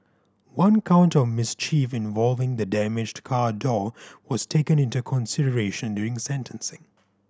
one count of mischief involving the damaged car door was taken into consideration during sentencing